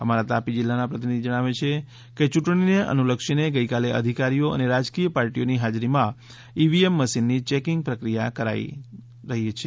અમારા તાપી જિલ્લાના પ્રતિનિધિ જણાવે છે કે ચૂંટણીને અનુલક્ષીને ગઈકાલે અધિકારીઓ અને રાજકીય પાર્ટીઓની હાજરીમાં ઇવીએમ મશીનની ચેકીંગ પ્રક્રિયા કરાઈ રહી છે